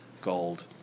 gold